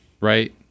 right